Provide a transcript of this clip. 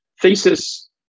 thesis